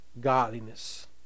godliness